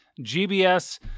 GBS